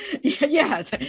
Yes